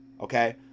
okay